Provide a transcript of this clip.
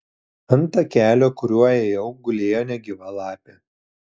ant takelio kuriuo ėjau gulėjo negyva lapė